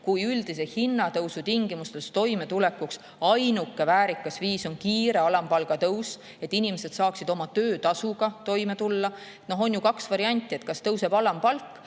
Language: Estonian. ka üldise hinnatõusu tingimustes on toimetulekuks ainuke väärikas viis kiire alampalga tõus, et inimesed saaksid oma töötasu abil toime tulla. On ju kaks varianti: kas tõuseb alampalk